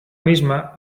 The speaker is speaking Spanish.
misma